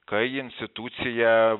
kai institucija